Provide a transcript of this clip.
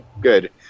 Good